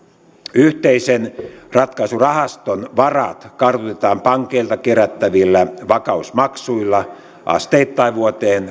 yhteisen ratkaisurahaston varat kartutetaan pankeilta kerättävillä vakausmaksuilla asteittain vuoteen